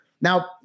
Now